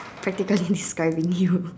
practically describing you